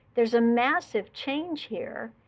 there's a massive change here.